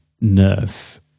nurse